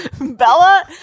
Bella